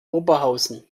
oberhausen